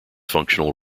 functional